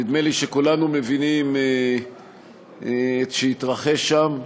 נדמה לי שכולנו מבינים את שהתרחש שם.